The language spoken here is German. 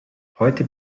heute